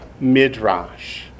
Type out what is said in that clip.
midrash